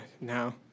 Now